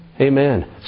Amen